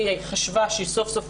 היא חשבה שסוף סוף